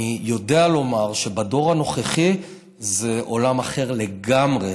אני יודע לומר שבדור הנוכחי זה עולם אחר לגמרי,